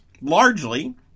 Largely